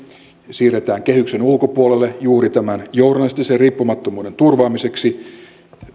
siirretään kehyksen ulkopuolelle juuri tämän journalistisen riippumattomuuden turvaamiseksi